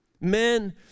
Men